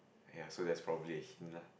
ya so that's probably a hint lah